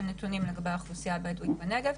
נתונים לגבי האוכלוסייה הבדואית בנגב,